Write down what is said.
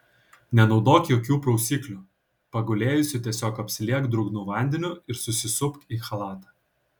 nenaudok jokių prausiklių pagulėjusi tiesiog apsiliek drungnu vandeniu ir susisupk į chalatą